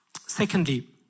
Secondly